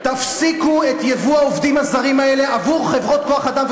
תפסיקו את ייבוא העובדים הזרים האלה עבור חברות כוח-אדם,